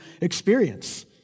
experience